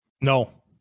No